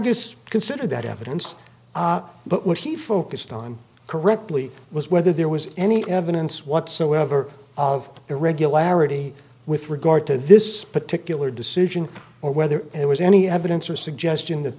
just consider that evidence but what he focused on correctly was whether there was any evidence whatsoever of irregularity with regard to this particular decision or whether it was any evidence or suggestion that